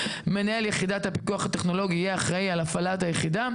מנהל יחידת הפיקוח הטכנולוגי יהיה אחראי על הפעלת היחידה,